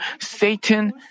Satan